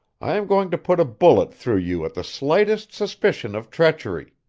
i am going to put a bullet through you at the slightest suspicion of treachery.